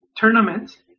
tournaments